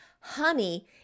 honey